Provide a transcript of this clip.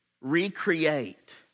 recreate